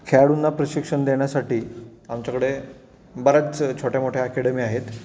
खेळाडूंना प्रशिक्षण देण्यासाठी आमच्याकडे बऱ्याच छोट्यामोठ्या ॲकॅडमी आहेत